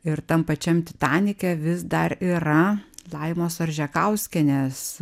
ir tam pačiam titanike vis dar yra laimos oržekauskienės